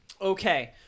Okay